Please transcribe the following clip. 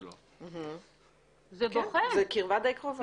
אחר כך, אם מי מהחברים לא מגיע, לזו הכוונה.